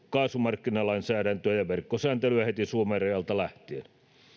kaasumarkkinalainsäädäntöä ja verkkosääntelyä heti suomen rajalta lähtien